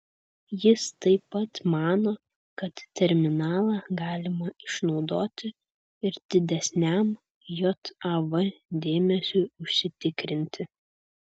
jis taip pat mano kad terminalą galima išnaudoti ir didesniam jav dėmesiui užsitikrinti